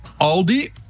Aldi